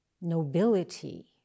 nobility